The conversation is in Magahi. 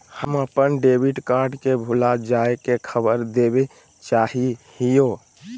हम अप्पन डेबिट कार्ड के भुला जाये के खबर देवे चाहे हियो